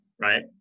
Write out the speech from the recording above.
Right